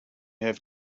have